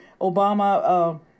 Obama